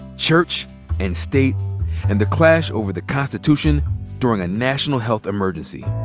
church and state and the clash over the constitution during a national health emergency.